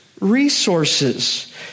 resources